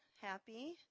happy